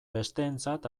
besteentzat